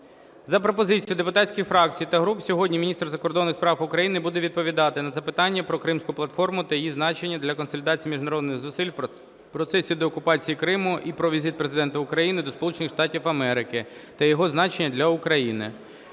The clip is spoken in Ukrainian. За пропозицією депутатських фракцій та груп сьогодні міністр закордонних справ України буде відповідати на запитання про Кримську платформу та її значення для консолідації міжнародних зусиль в процесі деокупації Криму і про візит Президента України до Сполучених Штатів Америки та його значення для України.